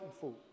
food